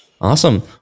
Awesome